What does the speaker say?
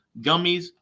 gummies